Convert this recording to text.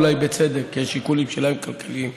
אולי בצדק, כי השיקולים שלהם כלכליים.